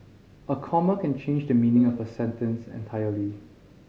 a comma can change the meaning of a sentence entirely